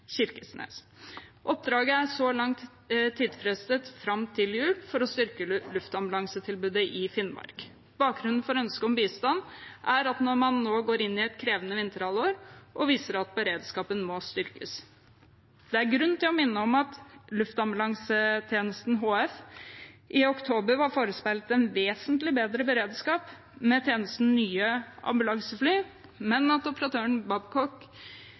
Kirkenes. Oppdraget er så langt tidfestet fram til jul for å styrke luftambulansetilbudet i Finnmark. Bakgrunnen for ønsket om bistand er at man nå går inn i et krevende vinterhalvår, og man viser til at beredskapen må styrkes. Det er grunn til å minne om at Luftambulansetjenesten HF i oktober var forespeilet en vesentlig bedre beredskap med tjenestens nye ambulansefly, men at operatøren,